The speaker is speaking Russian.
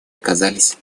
оказались